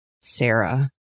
Sarah